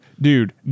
dude